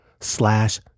slash